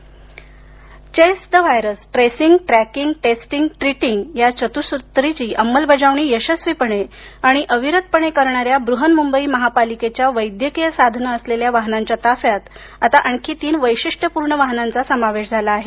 वैद्यकीय वाहन chase the virus tracing tracking treating या चत्सूत्रीची अंमलबजावणी यशस्वीपणे आणि अविरतपणे करणा या ब्रहन्मुंबई महापालिकेच्या वैद्यकीय साधने असलेल्या वाहनांच्या ताफ्यात आता आणखी तीन वैशिष्ट्यपूर्ण वाहनांचा समावेश झाला आहे